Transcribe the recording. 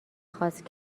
خواست